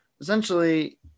Essentially